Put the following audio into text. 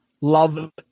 Love